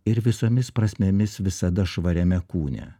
ir visomis prasmėmis visada švariame kūne